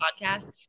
podcast